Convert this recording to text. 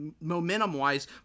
momentum-wise